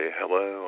hello